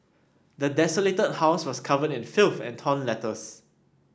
the desolated house was covered in filth and torn letters